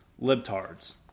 libtards